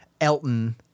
Elton